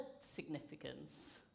significance